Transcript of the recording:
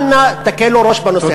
אל נא תקלו ראש בנושא הזה.